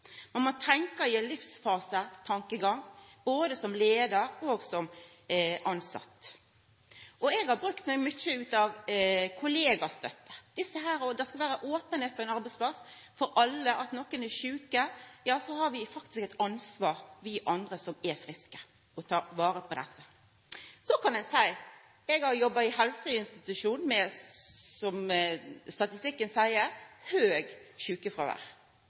både som leiar og som tilsett. Eg har bruka mykje kollegastøtte. Det skal vera openheit på ein arbeidsplass, og om nokon er sjuke, har alle vi andre som er friske, faktisk eit ansvar for å ta vare på desse. Så kan eg seia: Eg har jobba i ein helseinstitusjon med, som statistikken seier,